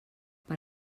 per